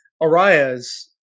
Arias